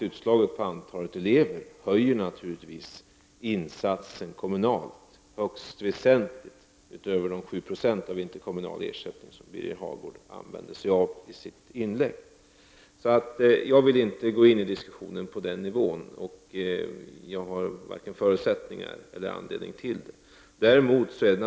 Utslaget på antalet elever höjer det naturligtvis den kommunala insatsen högst väsentligt, utöver de 7 9o av interkommunal ersättning som Birger Hagård talade om i sitt inlägg. Jag vill alltså inte gå in i en diskussion på den nivån — jag har varken förutsättningar eller anledning att göra det.